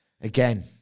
again